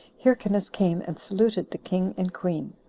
hyrcanus came and saluted the king and queen.